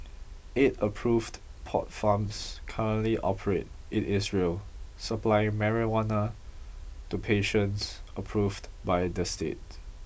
eight approved pot farms currently operate in Israel supplying marijuana to patients approved by the state